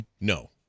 No